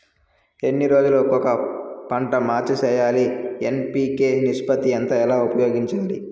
ఎన్ని రోజులు కొక పంట మార్చి సేయాలి ఎన్.పి.కె నిష్పత్తి ఎంత ఎలా ఉపయోగించాలి?